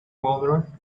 wondered